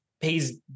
pays